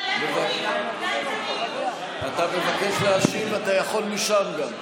אתה יכול גם משם.